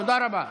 תודה רבה.